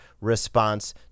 response